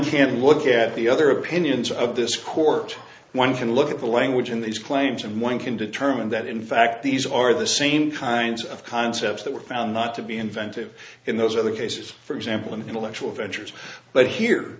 can look at the other opinions of this court one can look at the language in these claims and one can determine that in fact these are the same kinds of concepts that were found not to be inventive in those other cases for example in intellectual ventures but here